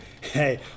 Hey